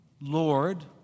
Lord